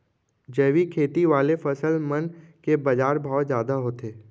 जैविक खेती वाले फसल मन के बाजार भाव जादा होथे